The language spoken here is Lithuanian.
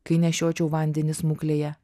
kai nešiočiau vandenį smuklėje